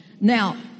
Now